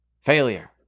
Failure